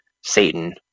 Satan